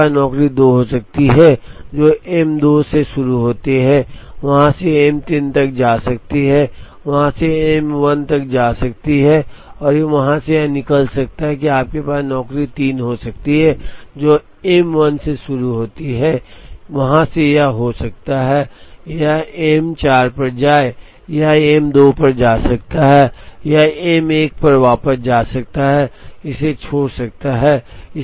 आपके पास नौकरी 2 हो सकती है जो M 2 से शुरू होती है वहां से M 3 तक जा सकती है वहाँ से M 1 तक जा सकती है और वहाँ से यह निकल सकता है कि आपके पास नौकरी 3 हो सकती है जो M 1 से शुरू होती है वहाँ से यह हो सकता है एम 4 पर जाएं यह एम 2 पर जा सकता है यह एम 1 पर वापस जा सकता है और इसे छोड़ सकता है